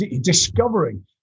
discovering